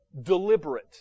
deliberate